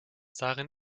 darin